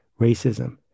racism